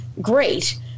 great